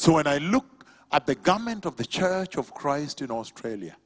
so when i look at the comment of the church of christ in australia